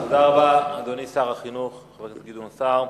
תודה רבה, אדוני שר החינוך חבר הכנסת גדעון סער.